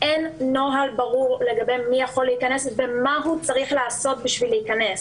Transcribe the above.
ואין נוהל ברור לגבי מי שיכול להיכנס ומה הוא צריך לעשות כדי להיכנס.